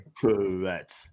Correct